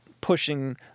pushing